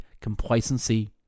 complacency